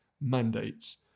mandates